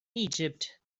egypt